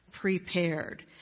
prepared